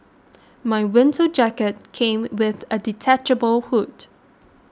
my winter jacket came with a detachable hood